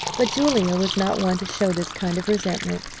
but julia was not one to show this kind of resentment,